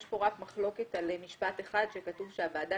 יש פה רק מחלוקת על משפט שכתוב שהוועדה